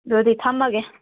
ꯑꯗꯨꯗꯤ ꯊꯝꯃꯒꯦ